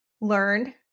learn